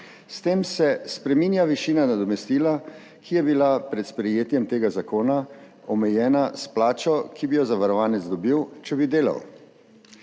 S tem se spreminja višina nadomestila, ki je bila pred sprejetjem tega zakona omejena s plačo, ki bi jo zavarovanec dobil, če bi delal.